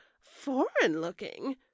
foreign-looking